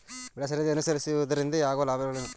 ಬೆಳೆಸರದಿ ಅನುಸರಿಸುವುದರಿಂದ ಆಗುವ ಲಾಭವೇನು?